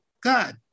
God